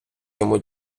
йому